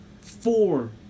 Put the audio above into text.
four